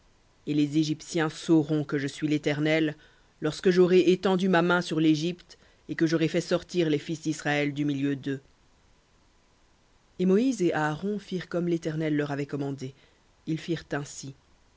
et les égyptiens sauront que je suis l'éternel lorsque j'aurai étendu ma main sur l'égypte et que j'aurai fait sortir les fils d'israël du milieu deux et moïse et aaron firent comme l'éternel leur avait commandé ils firent ainsi